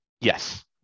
yes